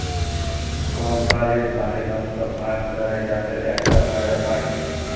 কম্পালির মালিকত্ব ভাগ ক্যরে যাদের একটা ক্যরে ভাগ থাক্যে